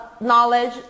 knowledge